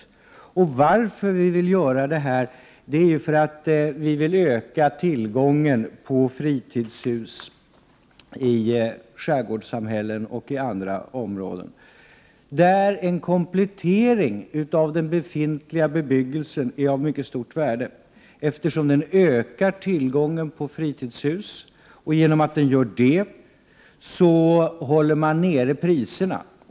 Anledningen till att vi vill få till stånd denna utveckling är att vi vill öka tillgången på fritidshus i skärgårdssamhällen och vissa andra områden där en komplettering av den befintliga bebyggelsen är av mycket stort värde. En sådan komplettering ökar tillgången på fritidshus, och därigenom håller man priserna nere.